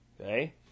Okay